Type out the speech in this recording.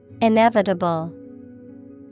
Inevitable